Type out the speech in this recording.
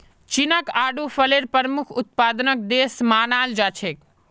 चीनक आडू फलेर प्रमुख उत्पादक देश मानाल जा छेक